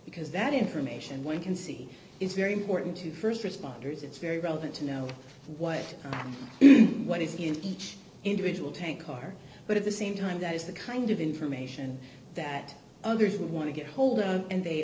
because that information one can see is very important to st responders it's very relevant to know what it is what is in each individual tank car but at the same time that is the kind of information that others will want to get hold of and they